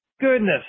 Goodness